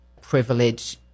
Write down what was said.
privilege